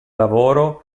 lavoro